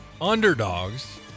underdogs